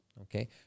Okay